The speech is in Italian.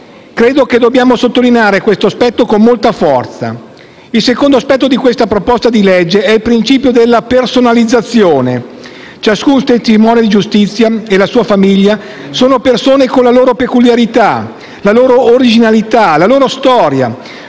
Credo che dobbiamo sottolineare questo aspetto con molta forza. Il secondo aspetto del disegno di legge in discussione è il principio della personalizzazione: ciascun testimone di giustizia e la sua famiglia sono persone con la loro peculiarità, la loro originalità, la loro storia;